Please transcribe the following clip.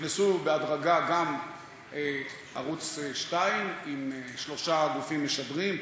נכנסו בהדרגה גם ערוץ 2 עם שלושה גופים משדרים,